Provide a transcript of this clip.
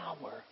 power